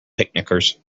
picnickers